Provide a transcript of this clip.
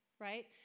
right